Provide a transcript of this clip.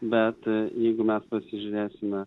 bet jeigu mes pasižiūrėsime